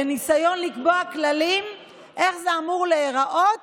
בניסיון לקבוע כללים איך זה אמור להיראות